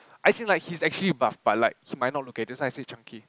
as in like he is actually buff but like he might not look at it so I say chunky